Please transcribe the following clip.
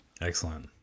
Excellent